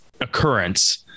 occurrence